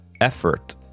effort